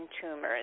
tumors